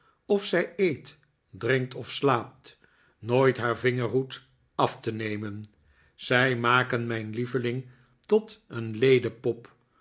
of zij eet drihkt of slaapt nooit haar vingerhoed af te nemen zij maken mijn lieveling tot een ledepop